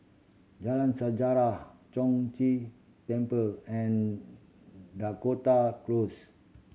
Jalan Sejarah Chong Ghee Temple and Dakota Close